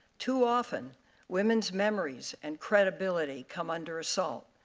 too often women's memory and credibility come under assault.